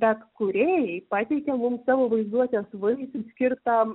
bet kūrėjai pateikia mum savo vaizduotės vaisių skirtą